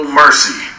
mercy